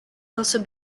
also